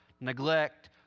neglect